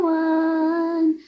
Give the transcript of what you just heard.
one